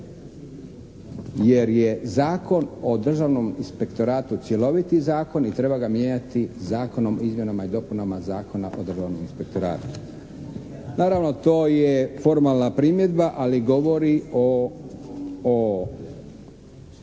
Jer je Zakon o Državnom inspektoratu cjeloviti zakon i treba ga mijenjati Zakonom o izmjenama i dopunama Zakona o Državnom inspektoratu. Naravno to je formalna primjedba ali govori o